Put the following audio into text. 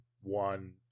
one